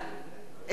אינו נוכח